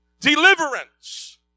Deliverance